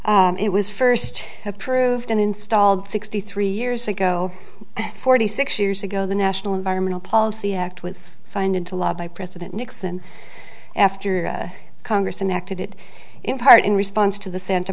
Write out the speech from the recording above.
country it was first approved and installed sixty three years ago forty six years ago the national environmental policy act was signed into law by president nixon after congress enacted it in part in response to the santa